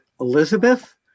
Elizabeth